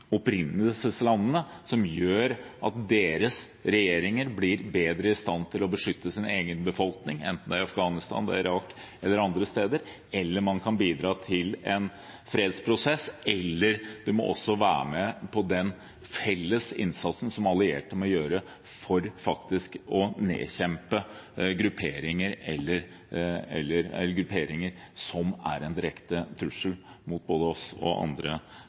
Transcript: opprinnelseslandene som gjør at deres regjeringer blir bedre i stand til å beskytte sin egen befolkning ‒ enten det er i Afghanistan, Irak eller andre steder. Eller man kan bidra til en fredsprosess eller være med på den felles innsatsen som allierte må gjøre for faktisk å nedkjempe grupperinger som er en direkte trussel mot både oss og andre